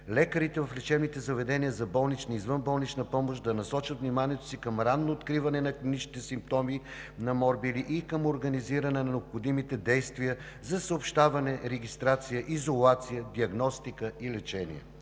лекарите в лечебните заведения за болнична и извънболнична помощ да насочат вниманието си към ранно откриване на клиничните симптоми на морбили и към организиране на необходимите действия за съобщаване, регистрация, изолация, диагностика и лечение;